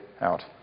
out